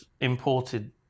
imported